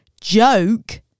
joke